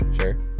Sure